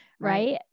right